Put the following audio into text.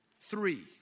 three